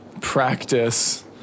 practice